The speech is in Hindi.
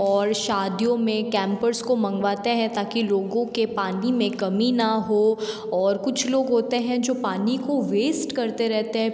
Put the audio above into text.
और शादियों में कैंपर्स को मंगवाते हैं ताकि लोगों के पानी में कमी ना हो और कुछ लोग होते हैं जो पानी को वेस्ट करते रहते हैं